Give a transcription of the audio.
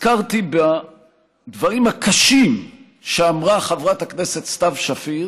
נזכרתי בדברים הקשים שאמרה חברת הכנסת סתיו שפיר